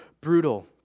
brutal